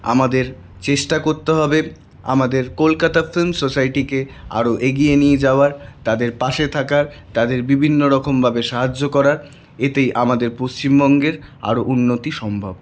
আমাদের চেষ্টা করতে হবে আমাদের কলকাতার ফিল্ম সোসাইটিকে আরো এগিয়ে নিয়ে যাওয়ার তাদের পাশে থাকার তাদের বিভিন্ন রকম ভাবে সাহায্য করার এতে আমাদের পশ্চিমবঙ্গের আরো উন্নতি সম্ভব